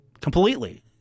completely